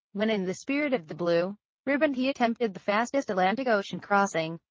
when in the spirit of the blue riband he attempted the fastest atlantic ocean crossing.